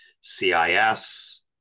CIS